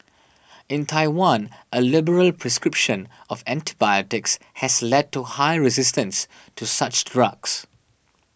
in Taiwan a liberal prescription of antibiotics has led to high resistance to such drugs